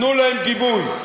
תנו להם גיבוי.